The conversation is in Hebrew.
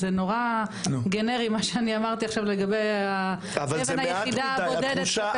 זה נורא גנרי מה שאני אמרתי עכשיו לגבי האבן היחידה הבודדת.